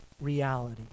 reality